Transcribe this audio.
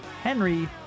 henry